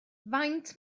faint